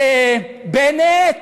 בנט,